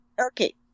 Okay